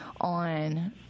on